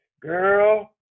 Girl